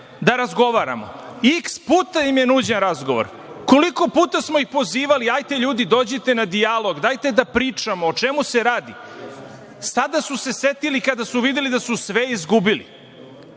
da razgovaramo. Iks puta im je nuđen razgovor, koliko puta smo ih pozivali, hajde ljudi dođite na dijalog, dajte da pričamo o čemu se radi. Sada su se setili kada su videli da su sve izgubili.